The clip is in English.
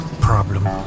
problem